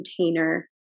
container